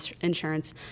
insurance